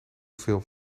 film